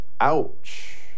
Ouch